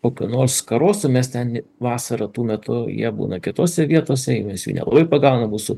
kokių nors karosų mes ten vasarą tuo metu jie būna kitose vietose mes jų nelabai pagauna mūsų